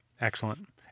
Excellent